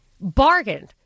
bargained